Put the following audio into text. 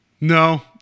No